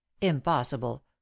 Impossible